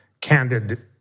candid